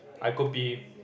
I could be